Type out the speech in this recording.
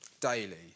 daily